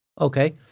Okay